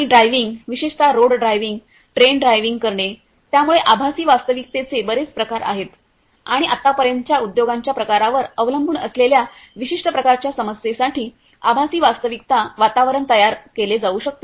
आणि ड्रायव्हींग विशेषत road driving train driving करणे त्यामुळे आभासी वास्तविकतेचे बरेच प्रकार आहेत आणि आतापर्यंत च्या उद्योगाच्या प्रकारावर अवलंबून असलेल्या विशिष्ट प्रकारच्या समस्ये साठी आभासी वास्तविकता वातावरण तयार केले जाऊ शकते